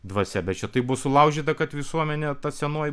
dvasia bet čia taip bus sulaužyta kad visuomenė ta senoji